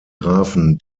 grafen